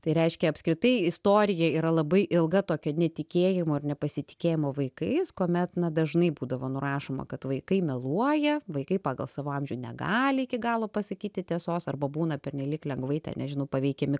tai reiškia apskritai istorija yra labai ilga tokio netikėjimo ir nepasitikėjimo vaikais kuomet na dažnai būdavo nurašoma kad vaikai meluoja vaikai pagal savo amžių negali iki galo pasakyti tiesos arba būna pernelyg lengvai ten nežinau paveikiami